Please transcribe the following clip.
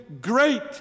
great